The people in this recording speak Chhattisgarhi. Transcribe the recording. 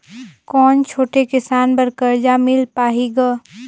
कौन छोटे किसान बर कर्जा मिल पाही ग?